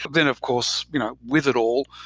then of course you know with it all,